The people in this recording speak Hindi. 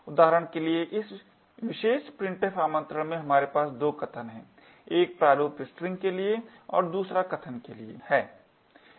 उदाहरण के लिए इस विशेष printf आमंत्रण में हमारे पास 2 कथन हैं एक प्रारूप स्ट्रिंग के लिए और दूसरा कथन के लिए है